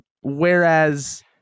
Whereas